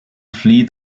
flee